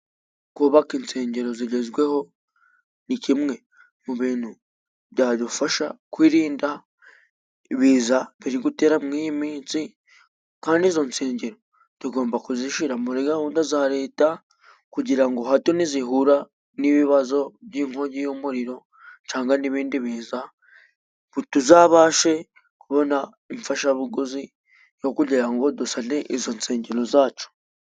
Kubaka insengero zigezweho ni kimwe mu bintu byadufasha kwirinda ibiza biri gutera mu iyi minsi, kandi izo nsengero tugomba kuzishira muri gahunda za Leta, kugira ngo hato nizihura n'ibibazo by'inkongi y'umuriro cangwa n'ibindi biza, ntituzabashe kubona imfashabuguzi yo kugira ngo dusane izo nsengero zacu.